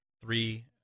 three